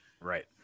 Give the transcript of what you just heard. right